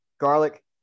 Garlic